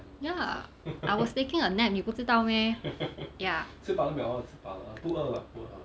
ya I was taking a nap 你不知道 meh ya